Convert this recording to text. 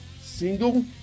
single